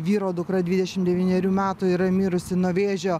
vyro dukra dvidešimt devynerių metų yra mirusi nuo vėžio